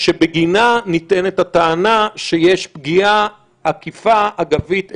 שבגינה ניתנת הטענה שיש פגיעה עקיפה אגבית אקולוגית.